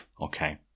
Okay